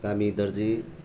Kami Darji